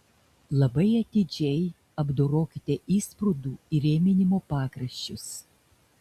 labai atidžiai apdorokite įsprūdų įrėminimo pakraščius